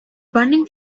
burning